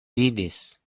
vidis